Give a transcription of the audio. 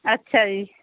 ਅੱਛਾ ਜੀ